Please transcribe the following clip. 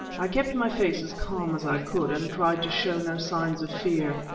i kept my face as calm as i could, and tried to show no signs of fear,